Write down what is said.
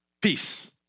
Peace